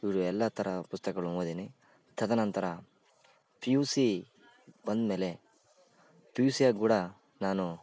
ಇವರು ಎಲ್ಲ ಥರ ಪುಸ್ತಕಗಳು ಓದಿನಿ ತದನಂತರ ಪಿ ಯು ಸಿ ಬಂದ್ಮೇಲೆ ಪಿ ಯು ಸಿ ಆಗಿ ಕೂಡ ನಾನು